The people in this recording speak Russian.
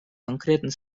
конкретно